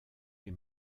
les